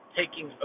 taking